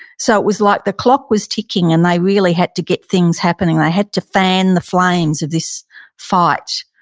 so it was like the clock was ticking and they really had to get things happening. they had to fan the flames of this fight